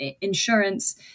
insurance